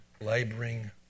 laboring